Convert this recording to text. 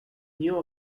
new